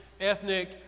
ethnic